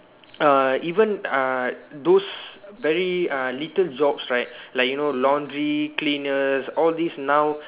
err even uh those very uh little jobs right like you know laundry cleaners all these now